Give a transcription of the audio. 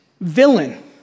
villain